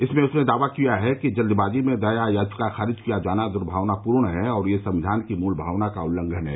इसमें उसने दावा किया है कि जल्दबाजी में दया याचिका खारिज किया जाना दुर्भावनापूर्ण है और यह संविधान की मूल भावना का उल्लंघन है